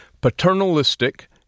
paternalistic